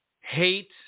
hate